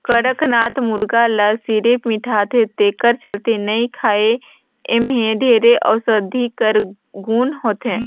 कड़कनाथ मुरगा ल सिरिफ मिठाथे तेखर चलते नइ खाएं एम्हे ढेरे अउसधी कर गुन होथे